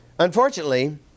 Unfortunately